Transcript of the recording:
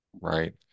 right